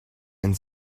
and